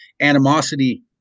animosity